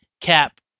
Cap